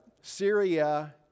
Syria